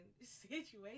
situation